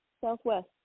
southwest